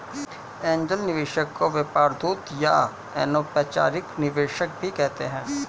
angel निवेशक को व्यापार दूत या अनौपचारिक निवेशक भी कहते हैं